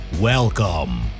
Welcome